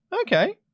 Okay